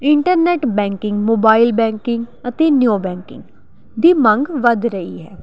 internet banking mobile banking ਅਤੇ neo banking ਦੀ ਮੰਗ ਵੱਧ ਰਹੀ ਹੈ